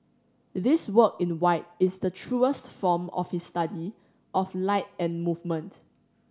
this work in white is the truest form of his study of light and movement